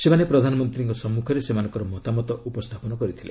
ସେମାନେ ପ୍ରଧାନମନ୍ତ୍ରୀଙ୍କ ସମ୍ମୁଖରେ ସେମାନଙ୍କର ମତାମତ ଉପସ୍ଥାପନ କରିଥିଲେ